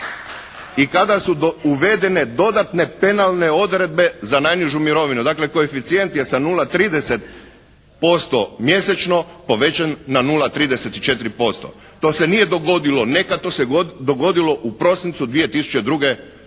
i kada su uvedene dodatne penalne odredbe za najnižu mirovinu. Dakle koeficijent je sa 0,30% mjesečno povećan na 0,34%. To se nije dogodilo nekad, to se dogodilo u prosincu 2002. godine.